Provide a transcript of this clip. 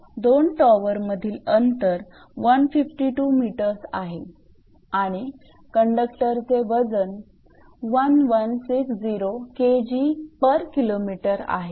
दोन टॉवरमधील अंतर 152 𝑚 आहे आणि कंडक्टर चे वजन 1160 𝐾𝑔𝑘𝑚 आहे